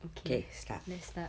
okay let's start